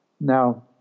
Now